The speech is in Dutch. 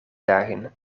dagen